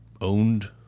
owned